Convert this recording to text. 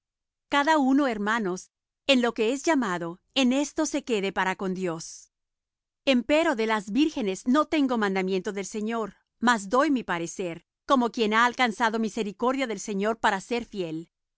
cada uno hermanos en lo que es llamado en esto se quede para con dios empero de las vírgenes no tengo mandamiento del señor mas doy mi parecer como quien ha alcanzado misericordia del señor para ser fiel